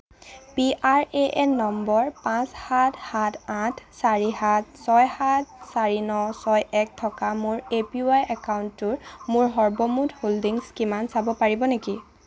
P R A N number পাঁচ সাত সাত আঠ চাৰি সাত চাৰি ন ছয় এক থকা মোৰ এ পি ৱাই একাউণ্টটোৰ মোৰ সৰ্বমুঠ হ'ল্ডিংছ কিমান চাব পাৰিব নেকি